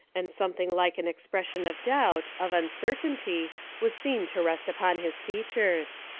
and something like an expression of doubt, of uncertainty was seen to rest upon his features.